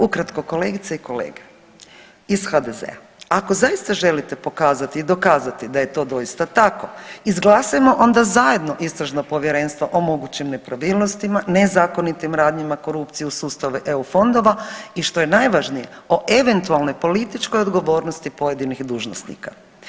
Ukratko, kolegice i kolege iz HDZ-a, ako zaista želite pokazati i dokazati da je to doista tako izglasajmo onda zajedno istražno povjerenstvo o mogućim nepravilnostima, nezakonitim radnjama, korupciji u sustavu eu fondova i što je najvažnije o eventualnoj političkoj odgovornosti pojedinih dužnosnika.